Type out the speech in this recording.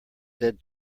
said